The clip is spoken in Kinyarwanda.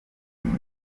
nkaho